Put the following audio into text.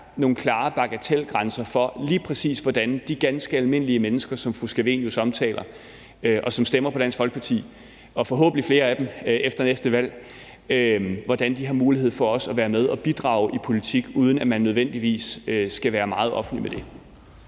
nogle klare bagatelgrænser for, lige præcis hvordan de ganske almindelige mennesker, som fru Theresa Scavenius omtaler, og som stemmer på Dansk Folkeparti – og forhåbentlig flere af dem efter næste valg – har mulighed for også at være med og bidrage i politik, uden at man nødvendigvis skal være meget offentlig med det.